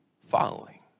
following